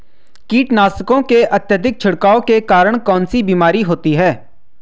कीटनाशकों के अत्यधिक छिड़काव के कारण कौन सी बीमारी होती है?